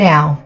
Now